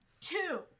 two